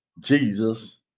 Jesus